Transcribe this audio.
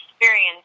experience